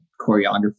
choreography